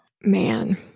man